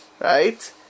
Right